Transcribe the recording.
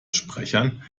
sprechern